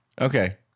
Okay